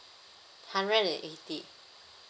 hundred and eighty